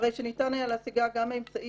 הרי שניתן היה להציגה גם מאמצעי